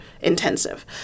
intensive